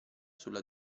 sulla